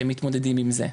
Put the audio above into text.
שמתמודדים עם זה.